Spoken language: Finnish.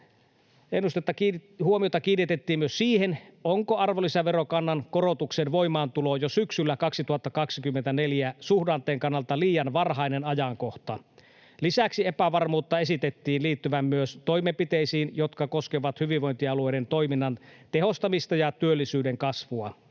ennusteessa huomiota kiinnitettiin myös siihen, onko arvonlisäverokannan korotuksen voimaantulo jo syksyllä 2024 suhdanteen kannalta liian varhainen ajankohta. Lisäksi epävarmuutta esitettiin liittyvän myös toimenpiteisiin, jotka koskevat hyvinvointialueiden toiminnan tehostamista ja työllisyyden kasvua.